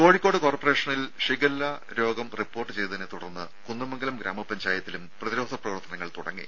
രംഭ കോഴിക്കോട് കോർപ്പറേഷനിൽ ഷിഗല്ല രോഗം റിപ്പോർട്ട് ചെയ്തതിനെ തുടർന്ന് കുന്ദമംഗലം ഗ്രാമപഞ്ചായത്തിലും പ്രതിരോധ പ്രവർത്തനങ്ങൾ തുടങ്ങി